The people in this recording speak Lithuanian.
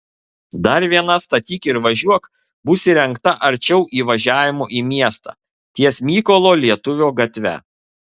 dar viena statyk ir važiuok bus įrengta arčiau įvažiavimo į miestą ties mykolo lietuvio gatve